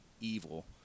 evil